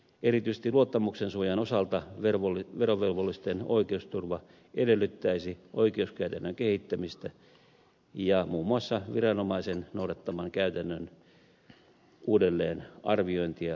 erityisesti luottamuksensuojan osalta verovelvollisten oikeusturva edellyttäisi oikeuskäytännön kehittämistä ja muun muassa viranomaisen noudattaman käytännön uudelleenarviointia ja sääntelyä